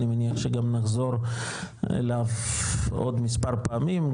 ואני מניח שגם נחזור אליו עוד מספר פעמים.